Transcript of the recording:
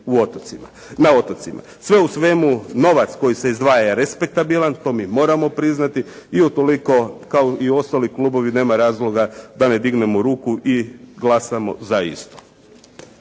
na otocima. Sve u svemu novac koji se izdvaja je respektabilan to mi moramo priznati i utoliko kao i ostali klubovi nema razloga da ne dignemo ruku i glasamo za isto.